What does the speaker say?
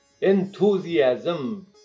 Enthusiasm